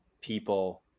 people